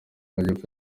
majyepfo